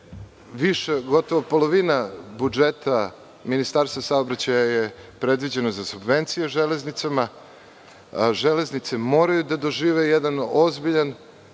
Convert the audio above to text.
više, gotovo polovina budžeta Ministarstva saobraćaja je predviđena sa subvencije Železnicama. Železnice moraju da dožive jedan ozbiljan